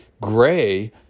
Gray